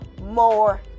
more